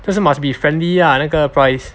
就是 must be friendly lah 那个 price